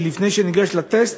לפני שהוא ניגש לטסט,